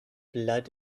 blood